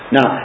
Now